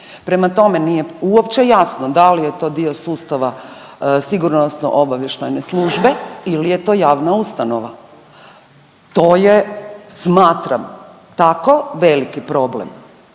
Prema tome, nije uopće jasno da li je to dio sustava Sigurnosno-obavještajne službe ili je to javna ustanova. To je smatram tako veliki problem